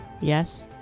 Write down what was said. Yes